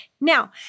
Now